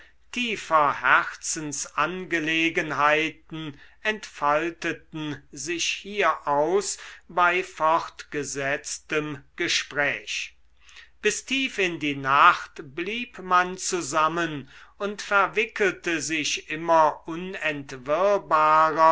tiefer herzensangelegenheiten entfalteten sich hieraus bei fortgesetztem gespräch bis tief in die nacht blieb man zusammen und verwickelte sich immer